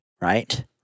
right